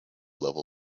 level